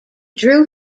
drew